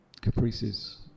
caprices